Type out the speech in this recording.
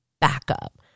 backup